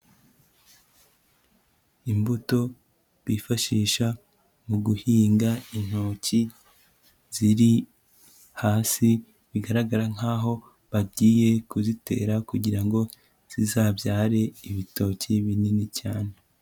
Imbuto bifashisha mu guhinga intoki ziri hasi, bigaragara nkaho bagiye kuzitera kugira ngo zizabyare ibitoki binini cyane.